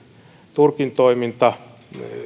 turkin toiminta